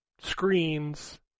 screens